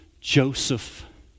Joseph